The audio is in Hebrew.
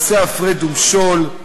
עושה "הפרד ומשול",